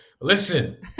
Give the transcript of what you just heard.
Listen